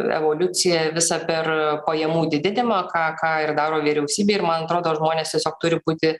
evoliuciją visą per pajamų didinimą ką ką ir daro vyriausybė ir man atrodo žmonės tiesiog turi būti